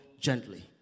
gently